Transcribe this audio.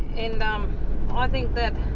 and i think that